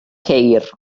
ceir